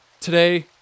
today